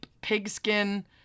pigskin